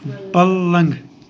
پَلنٛگ